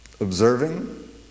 observing